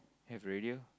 have already lor